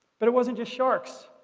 but it wasn't just sharks.